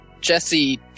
Jesse